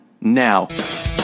now